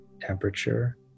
temperature